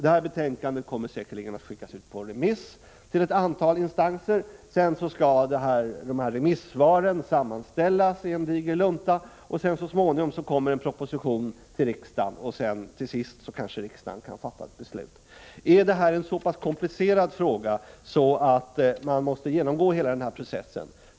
Det betänkandet kommer säkerligen att skickas ut på remiss till ett antal instanser. Sedan skall remissvaren sammanställas i en diger lunta. Så småningom kommer en proposition till riksdagen. Till sist kan kanske riksdagen fatta ett beslut. Är det här en så komplicerad fråga att den måste genomgå hela den här processen?